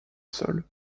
sol